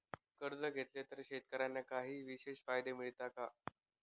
कर्ज घेतले तर शेतकऱ्यांना काही विशेष फायदे मिळतात का?